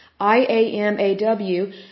IAMAW